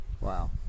Wow